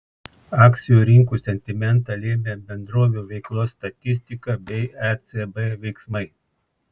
akcijų rinkų sentimentą lėmė bendrovių veiklos statistika bei ecb veiksmai